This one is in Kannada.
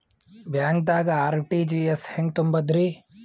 ಬ್ಯಾಂಕ್ದಾಗ ಆರ್.ಟಿ.ಜಿ.ಎಸ್ ಹೆಂಗ್ ತುಂಬಧ್ರಿ?